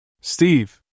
Steve